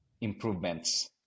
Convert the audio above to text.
improvements